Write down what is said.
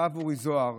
הרב אורי זוהר,